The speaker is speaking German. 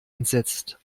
entsetzt